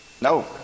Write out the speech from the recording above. No